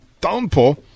downpour